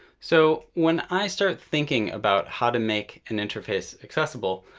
so when i start thinking about how to make an interface accessible,